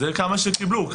זה כמה שקיבלו.